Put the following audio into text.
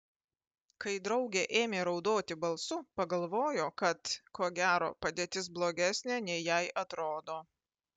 kai draugė ėmė raudoti balsu pagalvojo kad ko gero padėtis blogesnė nei jai atrodo